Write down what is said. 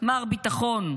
"מר ביטחון".